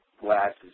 glasses